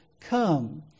Come